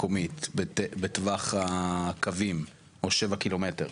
מקומית בטווח הקווים או 7 ק"מ,